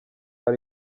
ari